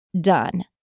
done